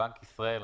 בנק ישראל,